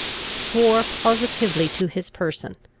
swore positively to his person.